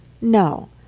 No